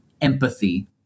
empathy